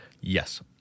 Yes